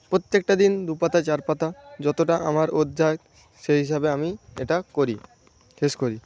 প্রত্যেকটা দিন দু পাতা চার পাতা যতটা আমার অধ্যায় সেই হিসাবে আমি এটা করি শেষ করি